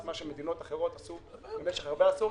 מה שמדינות אחרות עשו במשך הרבה עשורים.